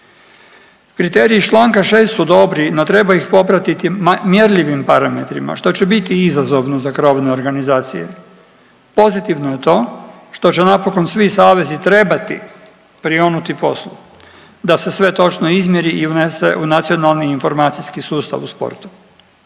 Kriteriji iz čl. 6. su dobri, no treba ih popratiti mjerljivim parametrima, što će biti izazovno za krovne organizacije. Pozitivno je to što će napokon svi savezi trebati prionuti poslu da se sve točno izmjeri i unese u Nacionalni informacijski sustav u sportu.